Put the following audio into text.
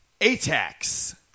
ATAX